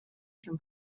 can